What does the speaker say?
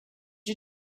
you